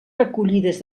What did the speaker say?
recollides